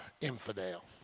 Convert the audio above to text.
infidel